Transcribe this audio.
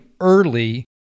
early